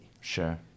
sure